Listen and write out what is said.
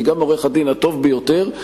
כי גם העורך-דין הטוב ביותר,